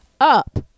up